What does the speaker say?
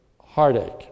heartache